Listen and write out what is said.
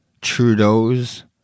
Trudeau's